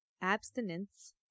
Abstinence